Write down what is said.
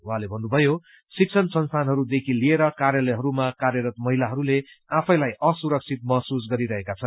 उहाँले भन्नुभयो श्रिक्षण संस्थानहरूदेखि लिएर कार्यालयहरूमा कार्यरत महिलाहरूले आफैलाई असुरक्षित महसूस गरिरहेका छन्